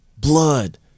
blood